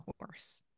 horse